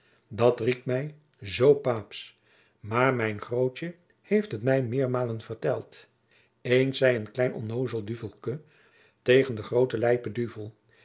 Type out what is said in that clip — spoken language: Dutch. dat riekt mij zoo paôpsch maôr mijn grootje heit het mij meermalen verteld eens zei een klein onnozel duvelke tegen ien grooten leepen duvel